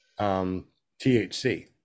THC